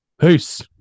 Peace